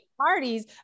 parties